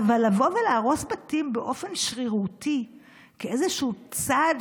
אבל לבוא ולהרוס בתים באופן שרירותי כאיזשהו צעד,